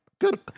Good